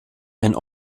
ein